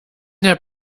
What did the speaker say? der